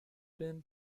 him